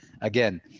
again